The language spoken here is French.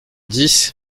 dix